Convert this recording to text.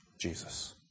Jesus